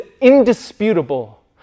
indisputable